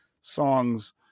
songs